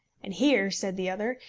and here, said the other,